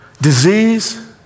disease